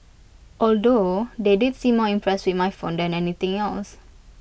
although they did seem more impressed with my phone than anything else